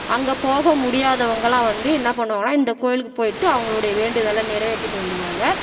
அங்கே போக முடியாதவர்கெல்லாம் வந்து என்ன பண்ணுவாங்கன்னால் இந்த கோயிலுக்கு போய்விட்டு அவங்களுடைய வேண்டுதலை நிறைவேற்றிட்டு வருவாங்க